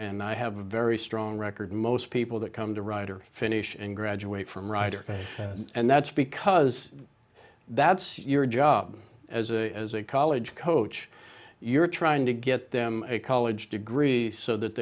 i have a very strong record most people that come to write are finished and graduate from writer and that's because that's your job as a as a college coach you're trying to get them a college degree so that